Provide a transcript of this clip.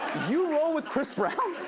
you roll with chris brown?